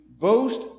boast